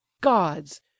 gods